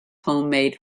homemade